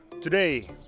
Today